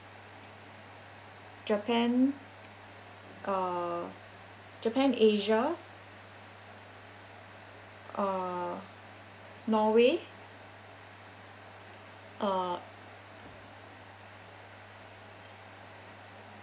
japan uh japan asia uh norway uh